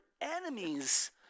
enemies